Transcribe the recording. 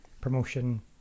Promotion